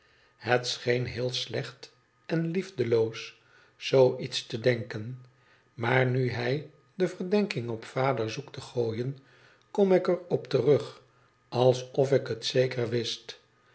scheen heel slecht en liefdeloos zoo iets te denken maar nu hij de verdenking op vader zoekt te gooien kom ik er op terug alsof ik het zeker wist